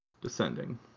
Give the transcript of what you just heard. Descending